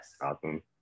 Awesome